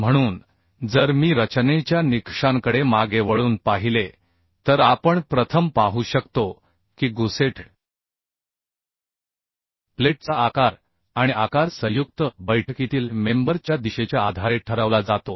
म्हणून जर मी रचनेच्या निकषांकडे मागे वळून पाहिले तर आपण प्रथम पाहू शकतो की गुसेट प्लेटचा आकार आणि आकार संयुक्त बैठकीतील मेंबर च्या दिशेच्या आधारे ठरवला जातो